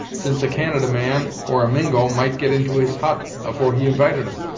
since a canada man or a mingo might get into his hut afore he invited em.